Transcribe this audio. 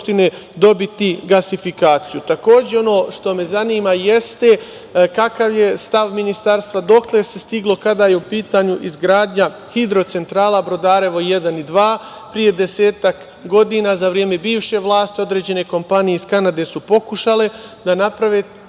dobiti gasifikaciju? Takođe, ono što me zanima jeste kakav je stav ministarstva, dokle se stiglo kada je u pitanju izgradnja hidrocentrala „Brodarevo 1 i 2“? Pre desetak godina, za vreme bivše vlasti određene kompanije iz Kanade su pokušale da naprave